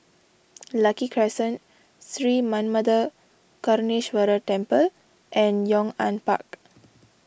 Lucky Crescent Sri Manmatha Karuneshvarar Temple and Yong An Park